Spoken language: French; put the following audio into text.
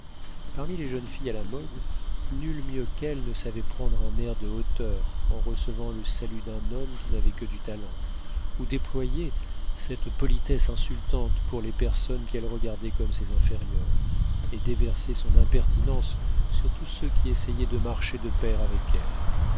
parmi les jeunes filles à la mode nulle mieux qu'elle ne savait prendre un air de hauteur en recevant le salut d'un homme qui n'avait que du talent ou déployer cette politesse insultante pour les personnes qu'elle regardait comme ses inférieures et déverser son impertinence sur tous ceux qui essayaient de marcher au pair avec elle